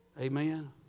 Amen